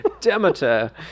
Demeter